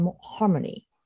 harmony